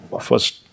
First